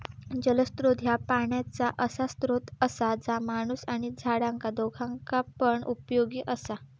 जलस्त्रोत ह्या पाण्याचा असा स्त्रोत असा जा माणूस आणि झाडांका दोघांका पण उपयोगी असा